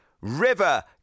River